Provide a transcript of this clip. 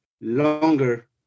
longer